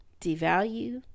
devalue